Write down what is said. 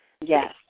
Yes